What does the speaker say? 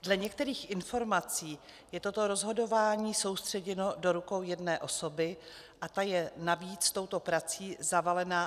Dle některých informací je toto rozhodování soustředěno do rukou jedné osoby a ta je navíc touto prací zavalena a nestíhá.